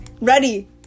Ready